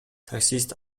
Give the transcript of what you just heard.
таксист